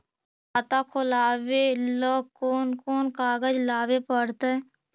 खाता खोलाबे ल कोन कोन कागज लाबे पड़तै?